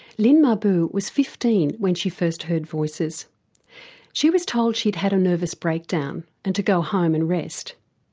lyn mahboub was fifteen when she first heard voices she was told she'd had a nervous breakdown and to go home and rest.